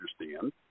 understand